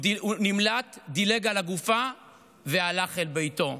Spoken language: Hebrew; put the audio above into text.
הוא נמלט, דילג על הגופה והלך אל ביתו.